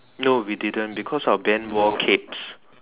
no we didn't because our band wore capes